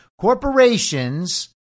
Corporations